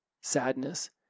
sadness